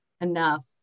enough